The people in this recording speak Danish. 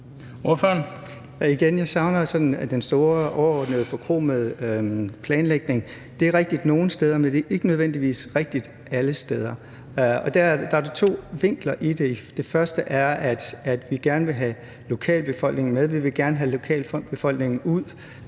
Jeg savner sådan den store, overordnede, forkromede planlægning. For det er rigtigt nogle steder, men det er ikke nødvendigvis rigtigt alle steder, og der er der to vinkler på det. Den første er, at vi gerne vil have lokalbefolkningen med, vi vil gerne have lokalbefolkningen ud